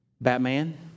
Batman